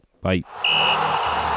bye